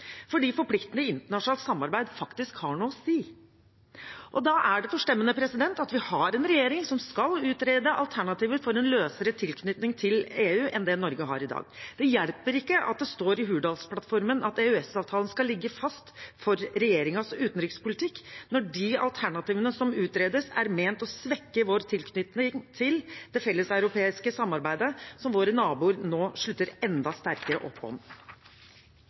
fordi forpliktende internasjonalt samarbeid faktisk har noe å si. Da er det forstemmende at vi har en regjering som skal utrede alternativer for en løsere tilknytning til EU enn det Norge har i dag. Det hjelper ikke at det står i Hurdalsplattformen at EØS-avtalen skal ligge fast for regjeringens utenrikspolitikk når de alternativene som utredes, er ment å svekke vår tilknytning til det felleseuropeiske samarbeidet, som våre naboer nå slutter enda sterkere opp om.